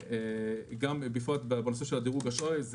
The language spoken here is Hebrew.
ובפרט בנושא דירוג אשראי,